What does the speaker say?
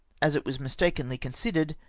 as it was mistakenly considered,